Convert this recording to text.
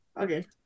Okay